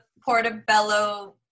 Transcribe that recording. portobello